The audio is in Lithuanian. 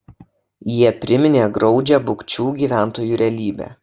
jie priminė graudžią bukčių gyventojų realybę